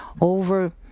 over